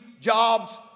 jobs